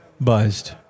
buzzed